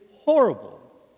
horrible